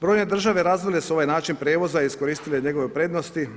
Brojne države razvile su ovaj način prijevoza i iskoristile njegove prednosti.